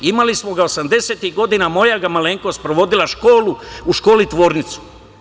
Imali smo ga 1980-ih godina, moja ga malenkost provodila, školu, u školi tvornicu.